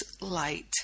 light